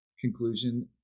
conclusion